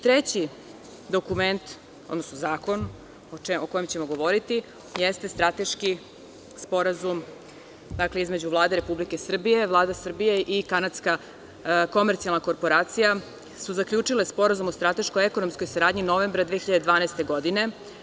Treći zakon o kojem ćemo govoriti jeste strateški Sporazum između Vlade Republike Srbije i Kanadske komercijalne korporacije, koje su zaključile sporazum o strateškoj ekonomskoj saradnji novembra 2012. godine.